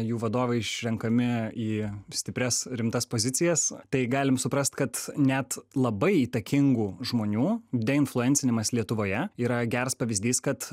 jų vadovai išrenkami į stiprias rimtas pozicijas tai galim suprast kad net labai įtakingų žmonių deinfluencinimas lietuvoje yra geras pavyzdys kad